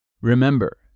Remember